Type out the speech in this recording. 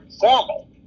formal